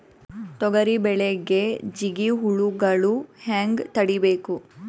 ತೊಗರಿ ಬೆಳೆಗೆ ಜಿಗಿ ಹುಳುಗಳು ಹ್ಯಾಂಗ್ ತಡೀಬೇಕು?